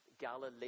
Galilee